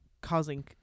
causing